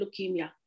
leukemia